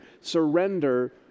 Surrender